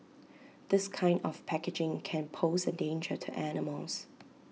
this kind of packaging can pose A danger to animals